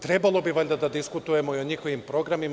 Trebalo bi valjda da diskutujemo i o njihovim programima.